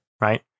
right